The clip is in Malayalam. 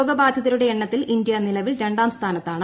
രോഗബാധിതരുടെ എണ്ണത്തിൽ ഇന്ത്യ നിലവിൽ രണ്ടാം സ്ഥാനത്താണ്